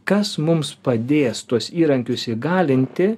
kas mums padės tuos įrankius įgalinti